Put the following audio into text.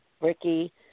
Ricky